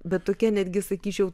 bet tokie netgi sakyčiau